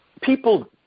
people